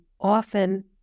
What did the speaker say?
Often